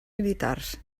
militars